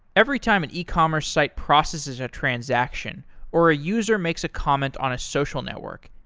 every time an ecommerce site processes a transaction or a user makes a comment on a social network,